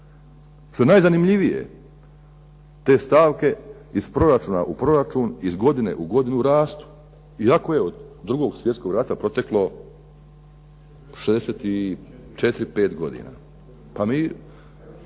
Što je najzanimljivije te stavke iz proračuna u proračun, iz godine u godinu rastu iako je od 2. svjetskog rata proteklo 64, 65 godina.